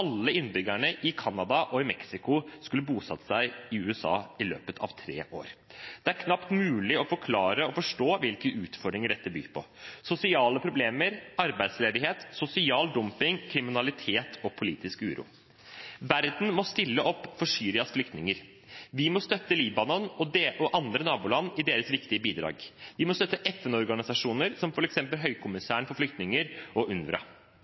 alle innbyggerne i Canada og Mexico skulle bosatt seg i USA i løpet av tre år. Det er knapt mulig å forklare og forstå hvilke utfordringer dette byr på – sosiale problemer, arbeidsledighet, sosial dumping, kriminalitet og politisk uro. Verden må stille opp for Syrias flyktninger. Vi må støtte Libanon og andre naboland i deres viktige bidrag. Vi må støtte FN-organisasjoner som f.eks. Høykommissæren for flyktninger og